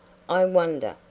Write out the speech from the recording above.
i wonder,